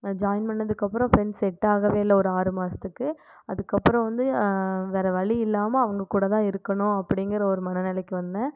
நான் ஜாயின் பண்ணதுக்கப்றம் friends set ஆகவேயில்ல ஒரு ஆறு மாதத்துக்கு அதுக்கப்றம் வந்து வேறு வழி இல்லாமல் அவங்க கூடதான் இருக்கணும் அப்படிங்கிற ஒரு மனநிலைக்கு வந்தேன்